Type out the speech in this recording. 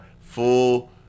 full